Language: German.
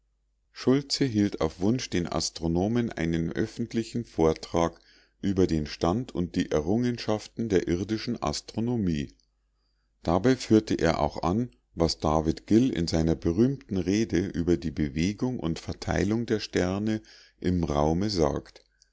schultze hielt auf wunsch den astronomen einen öffentlichen vortrag über den stand und die errungenschaften der irdischen astronomie dabei führte er auch an was david gill in seiner berühmten rede über die bewegung und verteilung der sterne im raume sagt